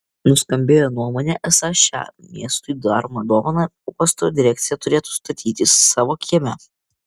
nuskambėjo nuomonė esą šią miestui daromą dovaną uosto direkcija turėtų statytis savo kieme